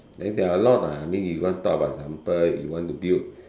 then there are a lot uh I mean if you want to talk about example you want to build